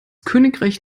königreich